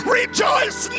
rejoice